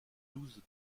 douze